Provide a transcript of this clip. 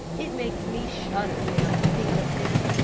it makes me shudder now to think of him.